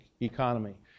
economy